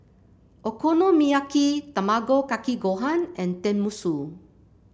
Okonomiyaki Tamago Kake Gohan and Tenmusu